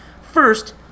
First